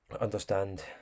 understand